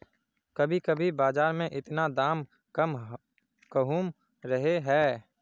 कभी कभी बाजार में इतना दाम कम कहुम रहे है?